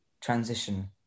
transition